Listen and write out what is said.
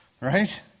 right